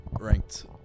ranked